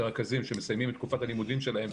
רכזים שמסיימים את תקופת הלימודים שלהם,